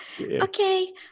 okay